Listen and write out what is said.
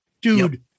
dude